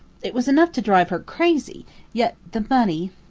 it was enough to drive her crazy yet the money,